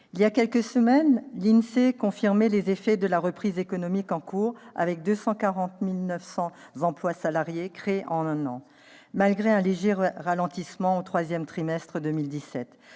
voilà quelques semaines, l'INSEE confirmait les effets de la reprise économique en cours, avec 240 900 emplois salariés créés en un an, malgré un léger ralentissement au troisième trimestre de 2017.